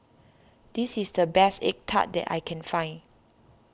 this is the best Egg Tart that I can find